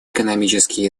экономический